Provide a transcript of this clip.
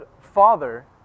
Father